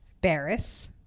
Barris